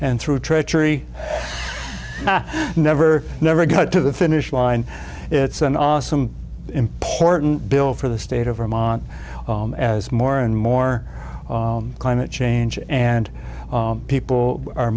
and through treachery never never got to the finish line it's an awesome important bill for the state of vermont as more and more climate change and people are